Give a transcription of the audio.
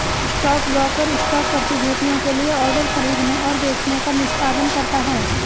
stockbroker stock प्रतिभूतियों के लिए ऑर्डर खरीदने और बेचने का निष्पादन करता है